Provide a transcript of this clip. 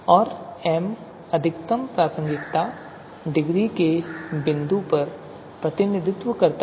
और एम अधिकतम प्रासंगिकता डिग्री के बिंदु का प्रतिनिधित्व करता है